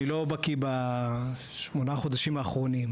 אני לא בקיא בשמונת החודשים האחרונים,